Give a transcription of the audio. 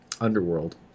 Underworld